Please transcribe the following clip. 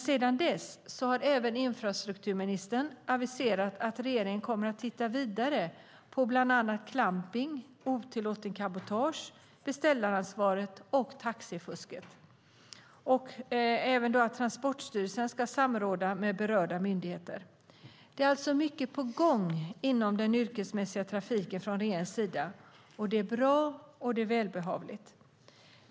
Sedan dess har infrastrukturministern aviserat att regeringen kommer att titta vidare på bland annat klampning, otillåtet cabotage, beställaransvaret och taxifusket samt att Transportstyrelsen ska samråda med berörda myndigheter. Det är alltså mycket på gång från regeringens sida när det gäller den yrkesmässiga trafiken, och det är bra och välbehövligt.